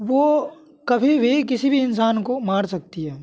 वो कभी भी किसी भी इंसान को मार सकती है